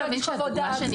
צריך להביא חוות דעת.